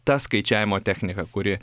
ta skaičiavimo technika kuri